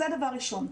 זה דבר ראשון.